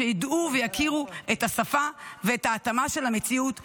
שיידעו ויכירו את השפה ואת ההתאמה של המציאות לחקירה,